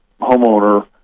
homeowner